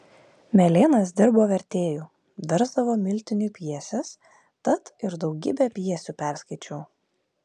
melėnas dirbo vertėju versdavo miltiniui pjeses tad ir daugybę pjesių perskaičiau